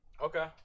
Okay